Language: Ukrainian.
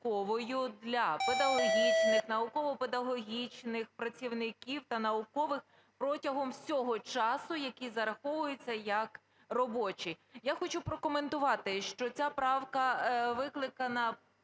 для педагогічних, науково-педагогічних працівників та наукових протягом всього часу, який зараховується як робочий? Я хочу прокоментувати, що ця правка викликана